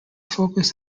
focus